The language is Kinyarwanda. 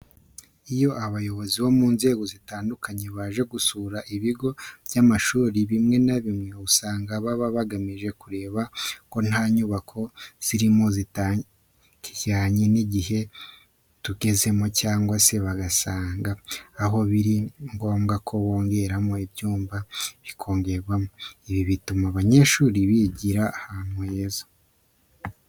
Iyo abayobozi mu nzego zitandukanye baje gusura ibigo by'amashuri bimwe na bimwe usanga baba bagamije kureba ko nta nyubako zirimo zitakijyanye n'igihe tugezemo cyangwa se basanga aho biri ngombwa kongeramo ibyumba bikongerwamo. Ibi bituma abanyeshuri bigira ahantu heza.